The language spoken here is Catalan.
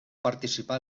participar